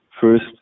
first